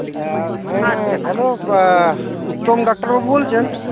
ᱮᱸ ᱦᱮᱸ hello Uttam doctor ᱵᱟᱵᱩ ᱵᱚᱞᱪᱷᱮᱱ